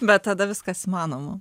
bet tada viskas įmanoma